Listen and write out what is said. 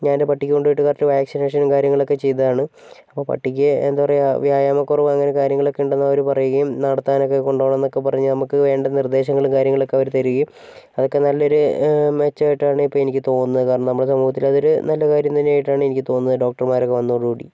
ഞാനെൻറ്റെ പട്ടിക്ക് കൊണ്ടു പോയിട്ട് കറക്റ്റ് വാക്സിനേഷനും കാര്യങ്ങളൊക്കെ ചെയ്തതാണ് അപ്പോൾ പട്ടിക്ക് എന്താ പറയാ വ്യായാമക്കുറവ് അങ്ങനെ കാര്യങ്ങളൊക്കെ ഉണ്ടെന്ന് അവർ പറയുകയും നടത്താനൊക്കെ കൊണ്ടൊണോന്നൊക്കെ പറഞ്ഞ് നമുക്ക് വേണ്ട നിർദ്ദേശങ്ങൾ കാര്യങ്ങളൊക്കെ അവർ തരുകയും അതൊക്കെ നല്ലൊരു മെച്ചമായിട്ടാണ് ഇപ്പം എനിക്ക് തോന്നുന്നത് കാരണം നമ്മുടെ ജീവിതത്തിൽ അതൊരു നല്ലൊരു കാര്യം തന്നെയായിട്ടാണ് എനിക്ക് തോന്നുന്നത് ഡോക്ടർമാർ വന്നതോടുകൂടി